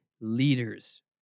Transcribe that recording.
leaders